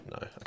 No